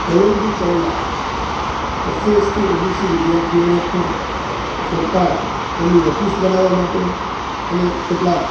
LLB કરેલા SST OBC વિદ્યાર્થીઓને પણ સરકાર તેમની ઓફિસ બનાવવા માટે અને કેટલાક